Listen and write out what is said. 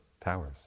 towers